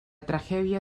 tragedia